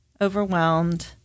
overwhelmed